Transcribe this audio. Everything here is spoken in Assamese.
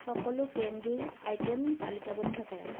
সকলো কেণ্ডিৰ আইটেম তালিকাবদ্ধ কৰা